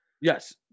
Yes